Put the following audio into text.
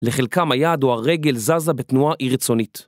לחלקם היד או הרגל זזה בתנועה אי רצונית.